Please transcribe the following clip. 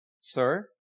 Sir